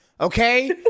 okay